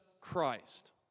Christ